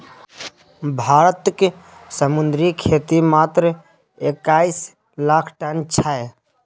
भारतक समुद्री खेती मात्र एक्कैस लाख टन छै